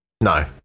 no